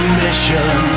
mission